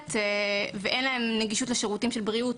נותנת ואין להם נגישות לשירותי בריאות,